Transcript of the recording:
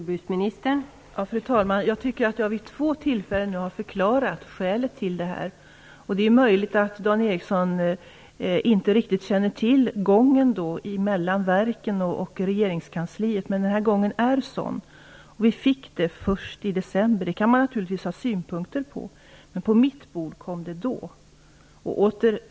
Fru talman! Jag har vid två tillfällen i dag förklarat skälet till detta. Det är möjligt att Dan Ericsson inte riktigt känner till ärendenas gång mellan verken och regeringskansliet. Men gången är sådan. Vi fick rapporten först i december. Det kan man naturligtvis ha synpunkter på, men det var då som frågan hamnade på mitt bord.